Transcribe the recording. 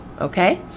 okay